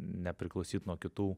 nepriklausyt nuo kitų